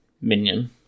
minion